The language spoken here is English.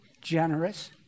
generous